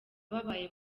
babaye